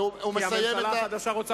כי הממשלה החדשה רוצה להיכנס לתפקידה.